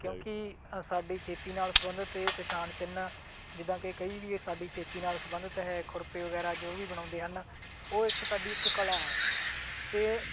ਕਿਉਂਕਿ ਅ ਸਾਡੀ ਖੇਤੀ ਨਾਲ ਸੰਬੰਧਿਤ ਇਹ ਪਛਾਣ ਚਿੰਨ੍ਹ ਜਿੱਦਾਂ ਕਿ ਕਹੀ ਵੀ ਇਹ ਸਾਡੀ ਖੇਤੀ ਨਾਲ ਸੰਬੰਧਿਤ ਹੈ ਖੁਰਪੇ ਵਗੈਰਾ ਜੋ ਵੀ ਬਣਾਉਂਦੇ ਹਨ ਉਹ ਇੱਕ ਸਾਡੀ ਇੱਕ ਕਲਾ ਹੈ ਅਤੇ